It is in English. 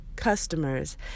customers